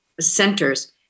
Centers